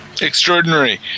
Extraordinary